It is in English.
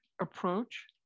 approach